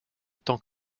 tant